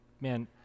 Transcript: Man